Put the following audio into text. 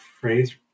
phrase